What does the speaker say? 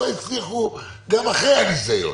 לא הצליחו גם אחרי הניסיון.